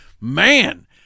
man